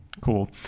cool